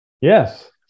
Yes